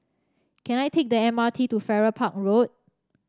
can I take the M R T to Farrer Park Road